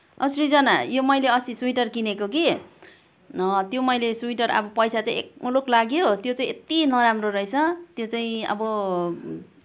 औ सृजना यो मैले अस्ति स्विटर किनेको कि त्यो मैले स्विटर अब पैसा चाहिँ एक मुलुक लाग्यो त्यो चाहिँ यति नराम्रो रहेछ त्यो चाहिँ अब